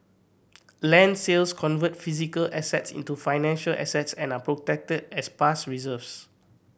land sales convert physical assets into financial assets and are protected as past reserves